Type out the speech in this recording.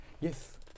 Yes